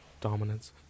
dominance